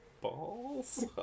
balls